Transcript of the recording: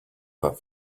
that